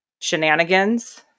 shenanigans